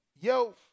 Yo